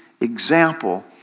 example